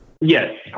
Yes